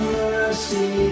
mercy